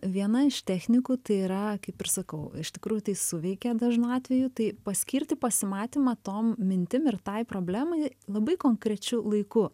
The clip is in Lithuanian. viena iš technikų tai yra kaip ir sakau iš tikrųjų tai suveikia dažnu atveju tai paskirti pasimatymą tom mintim ir tai problemai labai konkrečiu laiku